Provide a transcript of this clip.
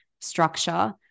structure